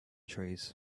trees